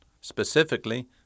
specifically